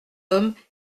hommes